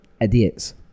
Idiots